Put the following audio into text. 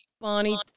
Bonnie